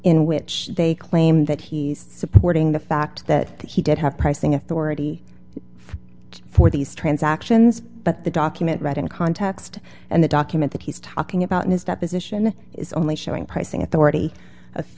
in which they claim that he's supporting the fact that he did have pricing authority for these transactions but the document read in context and the document that he's talking about in his deposition is only showing pricing authority